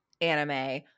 anime